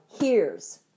hears